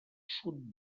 sud